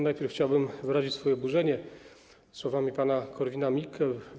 Najpierw chciałbym wyrazić swoje oburzenie słowami pana Korwin-Mikkego.